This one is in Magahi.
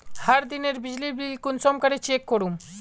हर दिनेर बिजली बिल कुंसम करे चेक करूम?